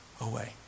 away